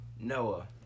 Noah